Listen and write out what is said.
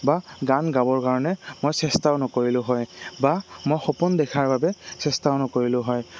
বা গান গাবৰ কাৰণে মই চেষ্টাও নকৰিলো হয় বা মই সপোন দেখাৰ বাবে চেষ্টাও নকৰিলোঁ হয়